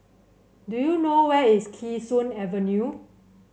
do you know where is Kee Sun Avenue